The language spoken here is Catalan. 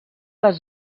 les